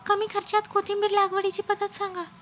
कमी खर्च्यात कोथिंबिर लागवडीची पद्धत सांगा